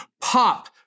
pop